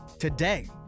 today